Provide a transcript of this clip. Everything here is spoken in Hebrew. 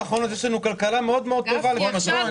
בעשר השנים האחרונות יש לנו כלכלה מאוד מאוד טובה לפי מה שאתה אומר.